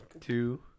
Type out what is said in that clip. Two